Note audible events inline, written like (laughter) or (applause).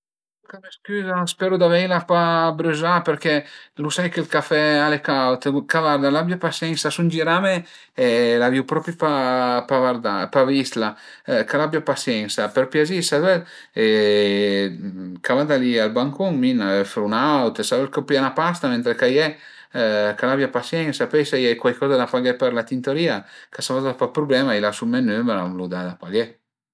Ch'a më scüza, speru d'aveila pa brüzà perché lu sai ch'ël café al e caud, ch'a varda, l'abia pasiensa, sun girame e l'avrìu propi pa pa vardà, pa vistla, ch'al abia pasiensa, për piazì s'a völ (hesitation) ch'a vada li al bancun, mi ën öfru ün aut, s'a völ co pìé 'na pasta mentre ch'a ie, ch'al abia pasiensa, pöi s'a ie cuaicoza da paghé për la tintoria ch'a s'fasa pa d'prublema, i lasu me nümer, a m'lu da da paghé